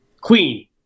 queen